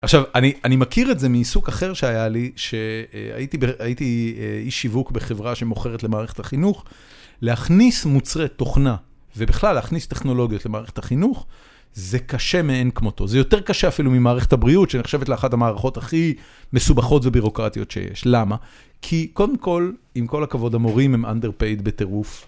עכשיו, אני מכיר את זה מעיסוק אחר שהיה לי, שהייתי איש שיווק בחברה שמוכרת למערכת החינוך, להכניס מוצרי תוכנה ובכלל להכניס טכנולוגיות למערכת החינוך, זה קשה מאין כמותו. זה יותר קשה אפילו ממערכת הבריאות, שנחשבת לאחת המערכות הכי מסובכות ובירוקרטיות שיש. למה? כי קודם כול, עם כל הכבוד המורים, הם אונדר פייד בטירוף.